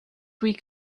week